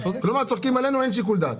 כלומר: הם צוחקים עלינו, אין לנו שיקול דעת.